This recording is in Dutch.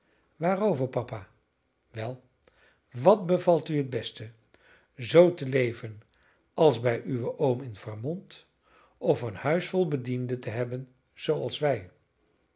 waarover papa wel wat bevalt u het beste zoo te leven als bij uwen oom in vermont of een huis vol bedienden te hebben zooals wij